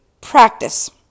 practice